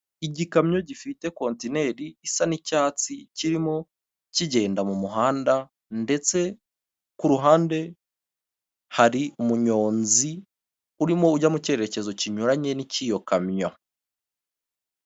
Igikamyo gifite kontineri isa nicyatsi kirimo kigenda mumuhanda ndetse kuruhande hari umunyonzi urimo ujya mukerekezo cyinyuranye nicyiyo kamyo.